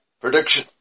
prediction